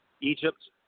Egypt –